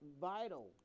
vital